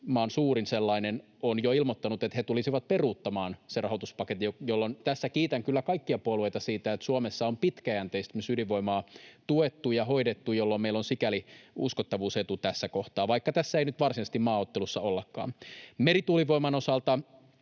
maan suurin sellainen, on jo ilmoittanut, että he tulisivat peruuttamaan sen rahoituspaketin — tässä kiitän kyllä kaikkia puolueita siitä, että Suomessa on pitkäjänteisesti myös ydinvoimaa tuettu ja hoidettu — jolloin meillä on sikäli uskottavuusetu tässä kohtaa, vaikka tässä ei nyt varsinaisesti maaottelussa ollakaan. Merituulivoiman osalta